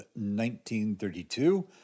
1932